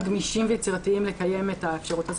גמישים ויצירתיים לקיים את האפשרות הזאת.